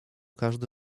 każdy